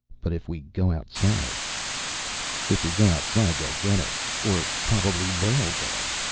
but if we go outside if we go outside they'll get us. or probably they'll get us.